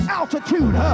altitude